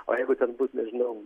o jeigu ten bus nežinau